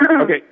Okay